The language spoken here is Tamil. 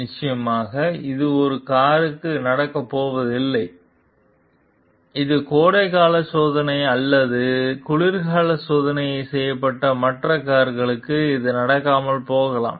நிச்சயமாக இது ஒரு காருக்கு நடக்கப் போவதில்லை இது கோடைகால சோதனை அல்லது குளிர்கால சோதனை செய்யப்பட்ட மற்ற கார்களுக்கும் இது நடக்காமல் போகலாம்